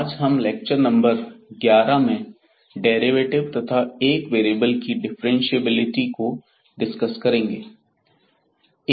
आज हम lecture number 11 में डेरिवेटिव तथा एक वेरिएबल की डिफ्रेंशिएबिलिटी को डिस्कस करेंगे